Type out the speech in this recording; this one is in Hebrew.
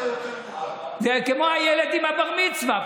זה כמו הילד עם הבר-מצווה,